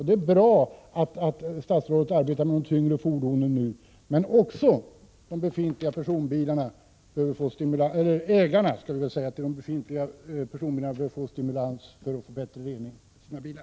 Det är bra att statsrådet nu arbetar med de tyngre fordonen, men också ägarna till de befintliga personbilarna bör få stimulans för att skaffa bättre rening på sina bilar.